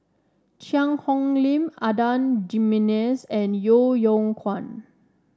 Cheang Hong Lim Adan Jimenez and Yeo Yeow Kwang